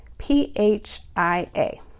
p-h-i-a